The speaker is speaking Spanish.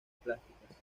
plásticas